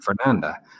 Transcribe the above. Fernanda